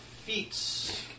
Feats